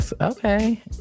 Okay